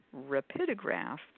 rapidograph